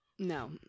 no